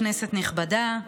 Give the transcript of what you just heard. כנסת נכבדה,